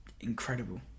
incredible